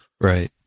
right